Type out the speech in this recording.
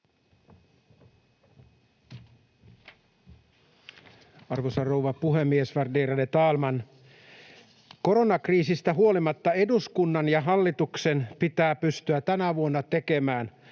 Arvoisa rouva puhemies, värderade talman! Koronakriisistä huolimatta eduskunnan ja hallituksen pitää pystyä tänä vuonna tekemään